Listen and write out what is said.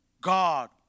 God